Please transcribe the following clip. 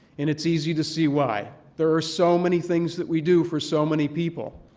and it's easy to see why. there are so many things that we do for so many people.